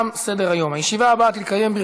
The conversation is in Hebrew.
אדוני, בבקשה.